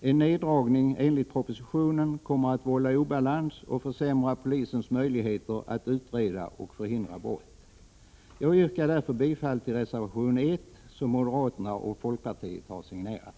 En neddragning enligt propositionen kommer att vålla obalans och försämra polisens möjligheter att utreda och förhindra brott. Jag yrkar därför bifall till reservation 1, som moderaterna och folkpartiet har signerat.